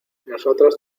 nosotros